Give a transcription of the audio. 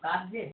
સાંજે